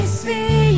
see